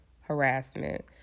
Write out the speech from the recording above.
Harassment